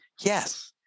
yes